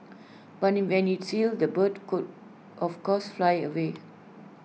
but IT when IT heals the bird could of course fly away